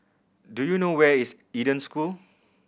do you know where is Eden School